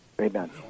Amen